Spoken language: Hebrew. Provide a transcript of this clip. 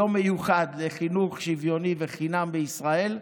יום מיוחד לחינוך שוויוני וחינם בישראל,